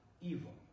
evil